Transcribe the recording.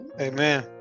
amen